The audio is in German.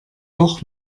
doch